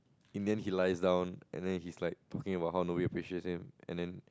in the end he lies down and then he's like talking about how Noel appreciates him and then